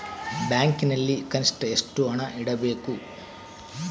ಬ್ಯಾಂಕಿನಲ್ಲಿ ಕನಿಷ್ಟ ಎಷ್ಟು ಹಣ ಇಡಬೇಕು?